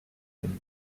been